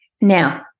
Now